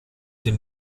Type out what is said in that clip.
dem